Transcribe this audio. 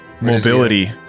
Mobility